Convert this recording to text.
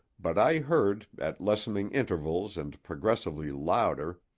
but i heard, at lessening intervals and progressively louder,